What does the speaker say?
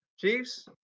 Chiefs